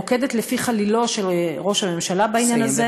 רוקדת לפי חלילו של ראש הממשלה בעניין הזה,